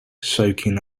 soaking